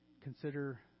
Consider